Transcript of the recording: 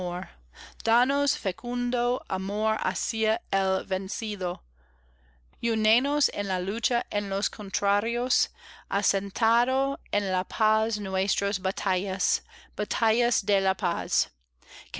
danos fecundo amor hacia el vencido únenos en la lucha en los contrarios asentando en la paz nuestras batallas batallas de la paz